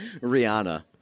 Rihanna